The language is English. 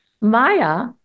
Maya